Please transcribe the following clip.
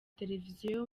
televiziyo